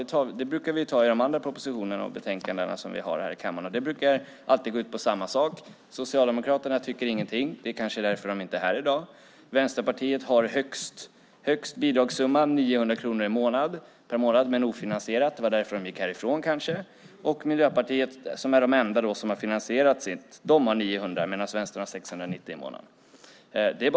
Det brukar vi ju göra i debatterna om de andra propositionerna och betänkandena som vi har här i kammaren, och det brukar alltid gå ut på samma sak: Socialdemokraterna tycker ingenting - det kanske är därför de inte är här i dag. Vänsterpartiet har högst bidragssumma, 900 kronor per månad men ofinansierat - det var kanske därför de gick härifrån. Miljöpartiet, som är det enda av partierna som har sitt bidrag finansierat, har 900 kronor medan Vänstern har 690 kronor i månaden.